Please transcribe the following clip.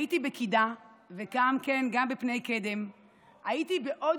הייתי בקידה וגם בפני קדם והייתי בעוד